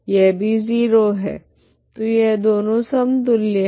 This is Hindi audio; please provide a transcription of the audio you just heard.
तो यह दोनों समतुल्य है